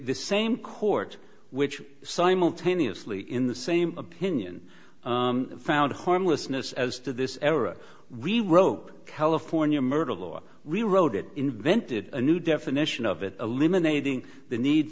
same court which simultaneously in the same opinion found harmlessness as to this era we rope california murder law rewrote it invented a new definition of it eliminating the need